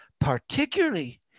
Particularly